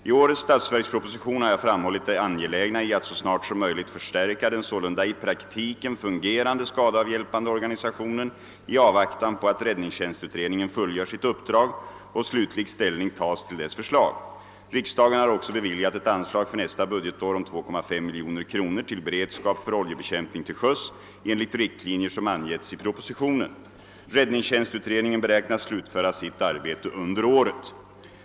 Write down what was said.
I årets statsverksproposition har jag framhållit det angelägna i att så snart som möjligt förstärka den sålunda i praktiken fungerande skadeavhjälpande organisationen i avvaktan på att räddningstjänstutredningen fullgör sitt uppdrag och slutlig ställning tas till dess förslag. Riksdagen har också beviljat ett anslag för nästa budgetår om 2,5 miljoner kronor till beredskap för oljebekämpning till sjöss enligt riktlinjer som angetts i propositionen. Räddningstjänstutredningen beräknas slutföra sitt arbete under året.